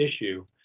issue